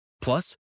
Plus